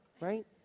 Right